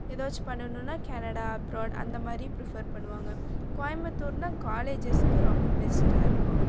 எதாச்சும் பண்ணணுன்னா Canada abroad அந்த மாதிரி பிரிஃபெர் பண்ணுவாங்க கோயமுத்தூர்னால் காலேஜஸ்க்கு ரொம்ப பெஸ்ட்டாக இருக்கும்